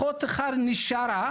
אחות אחת נשארה,